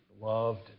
loved